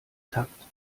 takt